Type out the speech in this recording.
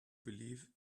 believe